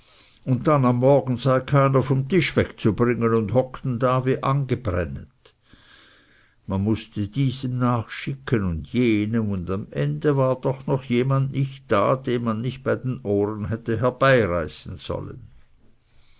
und dann am morgen sei keiner vom tisch wegzubringen und hockten da wie angebränntet man mußte diesem nachschicken und jenem und am ende war doch noch jemand nicht da den man bei den ohren hätte herbeireißen sollen